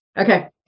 okay